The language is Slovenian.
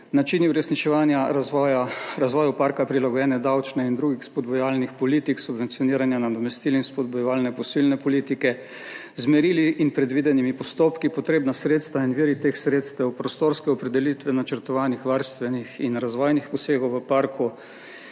načini uresničevanja razvoju parka prilagojene davčne in drugih spodbujevalnih politik, subvencioniranja nadomestil in spodbujevalne posojilne politike z merili in predvidenimi postopki, potrebna sredstva in viri teh sredstev, prostorske opredelitve načrtovanih varstvenih in razvojnih posegov v parku